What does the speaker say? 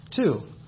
Two